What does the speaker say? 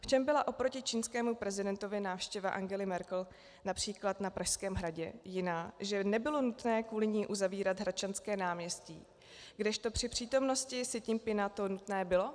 V čem byla oproti čínskému prezidentovi návštěva Angely Merkel například na Pražském hradě jiná, že nebylo nutné kvůli ní uzavírat Hradčanské náměstí, kdežto při přítomnosti Si Ťinpchinga to nutné bylo?